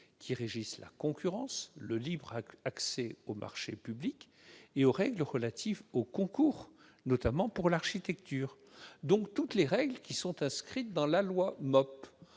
qui régissent la concurrence, le libre accès aux marchés publics et les règles relatives aux concours, en particulier pour l'architecture. En clair, toutes les règles qui sont inscrites dans la loi MOP.